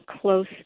close